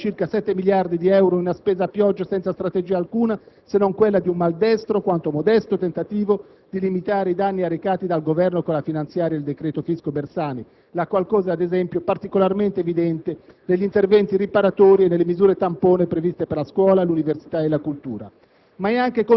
disperde circa 7 miliardi di euro in una spesa a pioggia senza strategia alcuna, se non quella di un maldestro quanto modesto tentativo di limitare i danni arrecati dal Governo con la finanziaria e il decreto Visco-Bersani, la qual cosa è, ad esempio, particolarmente evidente negli interventi riparatori e nelle misure tampone previste per la scuola, l'università e la cultura.